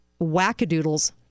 wackadoodles